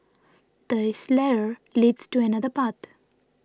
this ladder leads to another path